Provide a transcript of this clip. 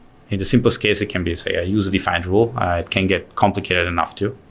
in the simplest case, it can be say a user-defined rule. it can get complicated enough to,